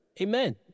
Amen